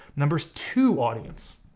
number two, audience.